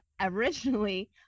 originally